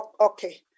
Okay